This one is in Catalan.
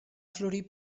florir